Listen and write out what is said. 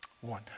one